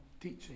teaching